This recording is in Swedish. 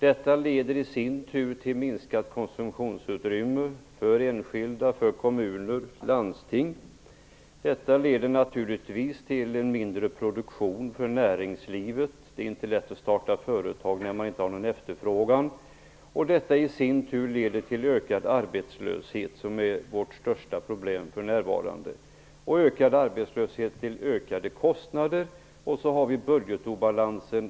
Detta leder i sin tur till minskat konsumtionsutrymme för enskilda, kommuner och landsting. Det leder naturligtvis också till en mindre produktion för näringslivet. Det är inte lätt att starta företag när man inte har något efterfrågan. Detta i sin tur till ökad arbetslöshet, vilket är vårt största problem för närvarande. Ökad arbetslöshet leder till ökade kostnader. Därtill har vi budgetobalansen.